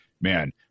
man